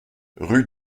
rue